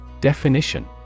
Definition